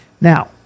Now